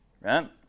right